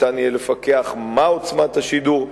יהיה אפשר לפקח מה עוצמת השידור.